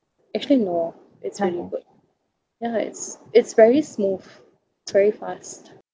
actually no it's really good yeah it's it's very smooth it's very fast